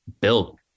build